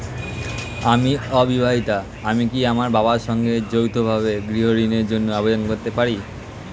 আমি অবিবাহিতা আমি কি আমার বাবার সঙ্গে যৌথভাবে গৃহ ঋণের জন্য আবেদন করতে পারি?